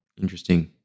Interesting